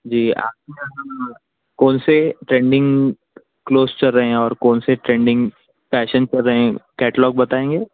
جی آپ کونسے trending clothes چل رہے ہیں اور کونسے ٹرینڈنگ فیشن چل رہے ہیں کیٹلوگ بتائیں گے